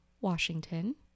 Washington